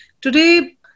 Today